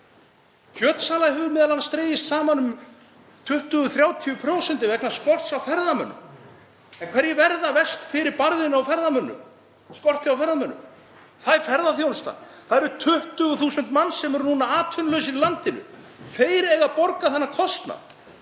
Kjötsala hefur m.a. dregist saman um 20–30% vegna skorts á ferðamönnum. En hverjir verða verst fyrir barðinu á skorti á ferðamönnum? Það er ferðaþjónustan, það eru 20.000 manns sem eru atvinnulausir í landinu. Þeir eiga að borga þennan kostnað.